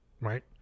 right